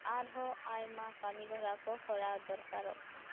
ᱟᱨᱦᱚᱸ ᱟᱭᱢᱟ ᱠᱟᱹᱢᱤ ᱦᱚᱨᱟ ᱠᱚ ᱠᱚᱨᱟᱣ ᱫᱚᱨᱠᱟᱨᱚᱜ ᱠᱟᱱᱟ